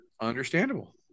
Understandable